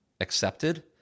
accepted